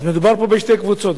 אז מדובר פה בשתי קבוצות,